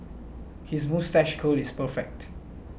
his moustache curl is perfect